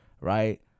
Right